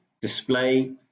display